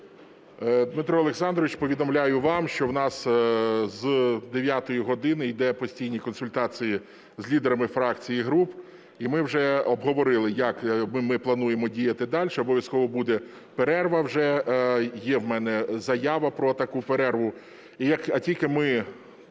Дмитро Олександрович, повідомляю вам, що в нас з 9 години йдуть постійні консультації з лідерами фракцій і груп, і ми вже обговорили, як ми плануємо діяти далі, обов'язково буде перерва, вже є в мене заява про таку перерву. І як тільки ми